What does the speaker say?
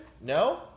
No